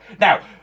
Now